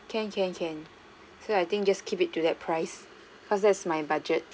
can can can so I think just keep it to that price cause that's my budget